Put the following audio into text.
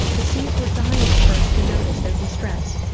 the seas were dying for us to notice their distress,